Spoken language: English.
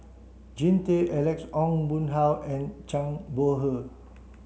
Jean Tay Alex Ong Boon Hau and Zhang Bohe